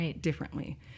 differently